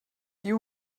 you